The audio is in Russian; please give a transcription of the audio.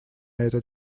этот